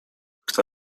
kto